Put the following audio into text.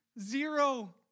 zero